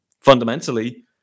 fundamentally